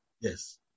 Yes